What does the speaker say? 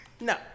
No